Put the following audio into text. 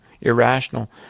irrational